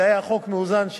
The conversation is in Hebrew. זה היה חוק מאוזן,